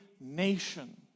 nation